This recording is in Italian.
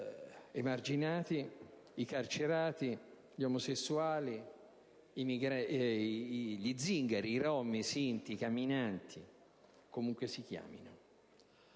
emarginati, dei carcerati, degli omosessuali, degli zingari, i rom, i sinti, i camminanti o comunque si chiamino.